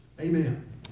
Amen